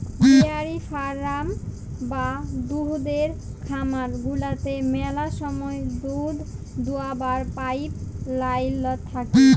dairy farm বা দুহুদের খামার গুলাতে ম্যালা সময় দুহুদ দুয়াবার পাইপ লাইল থ্যাকে